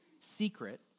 secret